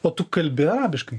o tu kalbi arabiškai